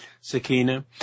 Sakina